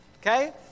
Okay